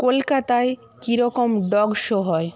কলকাতায় কী রকম ডগ শো হয়